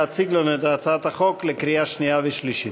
להציג לנו את הצעת החוק לקריאה שנייה ושלישית.